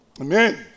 amen